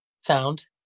Sound